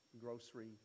grocery